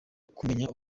kumenya